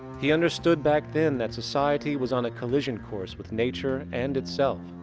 he understood back then that society was on a collision course with nature and itself,